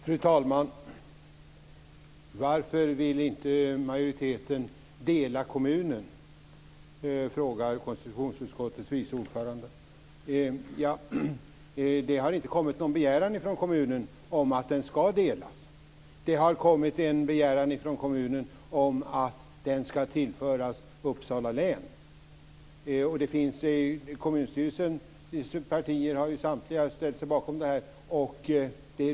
Fru talman! Varför vill inte majoriteten dela kommunen? frågar konstitutionsutskottets vice ordförande. Det har inte kommit någon begäran från kommunen om att den ska delas. Det har kommit en begäran från kommunen om att den ska tillföras Uppsala län. Det finns i kommunstyrelsen sympatier för detta. Samtliga har ställt sig bakom det.